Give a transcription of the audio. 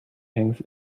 hangs